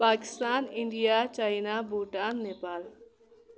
Pakistan India China Bhutan Nepal